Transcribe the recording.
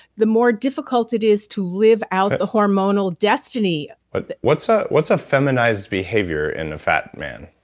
the more difficult it is to live out the hormonal destiny but what's ah what's a feminized behavior in a fat man?